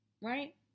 Right